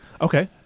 Okay